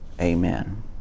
Amen